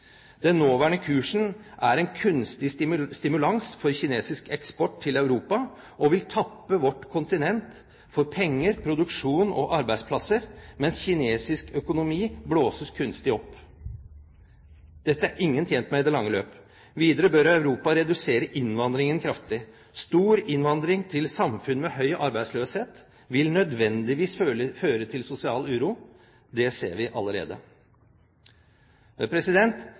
Den nåværende kursen er en kunstig stimulans for kinesisk eksport til Europa og vil tappe vårt kontinent for penger, produksjon og arbeidsplasser, mens kinesisk økonomi blåses kunstig opp. Dette er ingen tjent med i det lange løp. Videre bør Europa redusere innvandringen kraftig. Stor innvandring til samfunn med høy arbeidsløshet vil nødvendigvis føre til sosial uro. Det ser vi allerede.